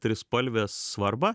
trispalvės svarbą